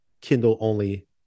Kindle-only